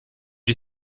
you